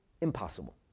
impossible